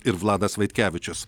ir vladas vaitkevičius